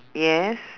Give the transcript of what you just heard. yes